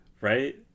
Right